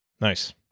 nice